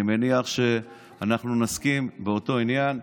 אני מניח שאנחנו נסכים על אותו עניין,